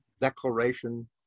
declaration